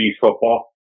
football